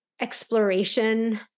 Exploration